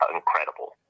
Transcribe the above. incredible